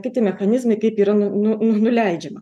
kiti mechanizmai kaip yra nu nu nuleidžiama